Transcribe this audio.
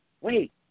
wait